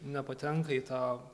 nepatenka į tą